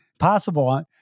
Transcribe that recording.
possible